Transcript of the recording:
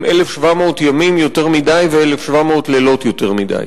1,700 ימים יותר מדי ו-1,700 לילות יותר מדי.